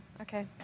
okay